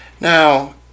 Now